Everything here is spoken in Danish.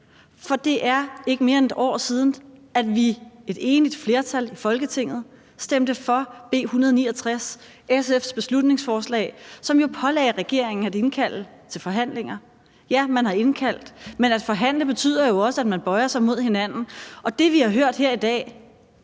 For det er ikke mere end et år siden, at vi – et enigt flertal i Folketinget – stemte for B 169, SF's beslutningsforslag, som jo pålagde regeringen at indkalde til forhandlinger. Ja, man har indkaldt, men at forhandle betyder jo også, at man bøjer sig mod hinanden, og det, vi har hørt her i dag,